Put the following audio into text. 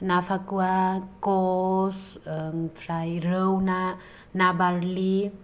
ना फाकुवा कस आमफ्राय रौ ना ना बार्लि